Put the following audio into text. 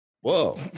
Whoa